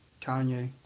Kanye